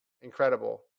incredible